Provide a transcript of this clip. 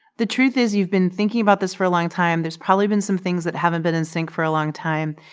the truth is you've been thinking about this for a long time. there's probably been some things that haven't been in sync for a long time.